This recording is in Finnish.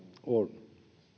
on